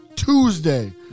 Tuesday